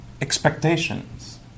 expectations